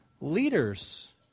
leaders